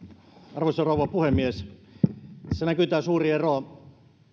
arvoisa rouva puhemies tässä näkyy suuri ero